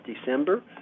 December